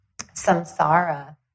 samsara